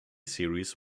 series